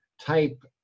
type